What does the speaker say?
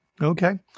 Okay